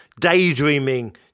daydreaming